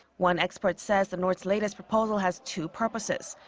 one expert says the north's latest proposal has two purposes.